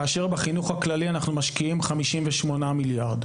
כאשר בחינוך הכללי אנחנו משקיעים 58 מיליארד.